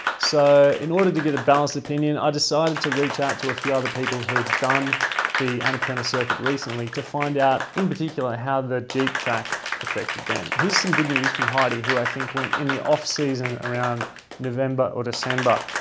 so in order to get a balanced opinion i decided to reach out to a few other people who had done the annapurna circuit recently to find out, in particular, how the jeep track affected them. here's some good news from heidi who i think went in the off season around november or december,